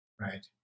right